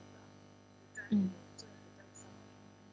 mm